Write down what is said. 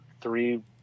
three